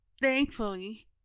thankfully